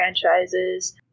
franchises